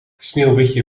sneeuwwitje